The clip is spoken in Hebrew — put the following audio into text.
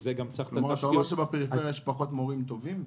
אתה אומר שבפריפריה יש פחות מורים טובים?